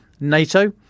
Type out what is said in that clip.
NATO